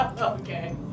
Okay